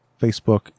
Facebook